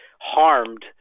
harmed